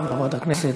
חבר הכנסת